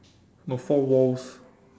no four wall